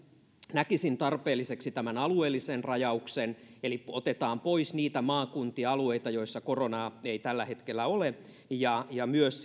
näkisin tarpeelliseksi tämän alueellisen rajauksen eli otetaan pois niitä maakuntia alueita joissa koronaa ei tällä hetkellä ole ja ja myös